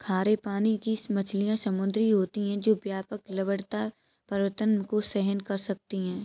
खारे पानी की मछलियाँ समुद्री होती हैं जो व्यापक लवणता परिवर्तन को सहन कर सकती हैं